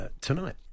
tonight